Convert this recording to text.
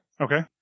okay